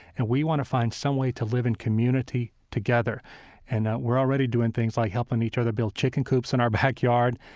and we want to find some way to live in community together and we're already doing things like helping each other build chicken coops in our backyard,